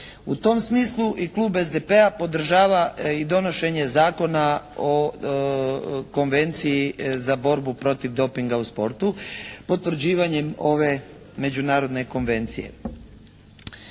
U tom smislu i klub SDP-a podržava i donošenje Zakona o Konvenciji za borbu protiv dopinga u sportu, potvrđivanjem ove međunarodne konvencije.